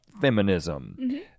feminism